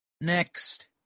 next